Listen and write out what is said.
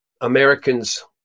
Americans